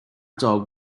dog